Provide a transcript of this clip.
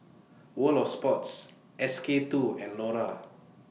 World of Sports S K two and Lora